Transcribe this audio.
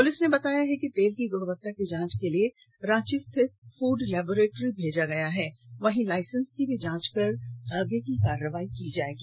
police ने बताया कि इस तेल की ग्रणवत्ता की जांच के लिए रांची स्थित फूड लेबोरेट्री भेजा गया है वहीं लाइसेंस की भी जांच कर आगे की कार्रवाई की जाएगी